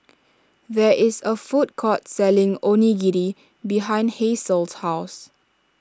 there is a food court selling Onigiri behind Hasel's house